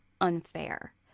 unfair